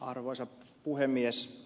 arvoisa puhemies